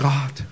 God